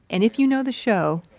and if you know the show,